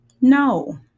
No